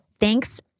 Thanks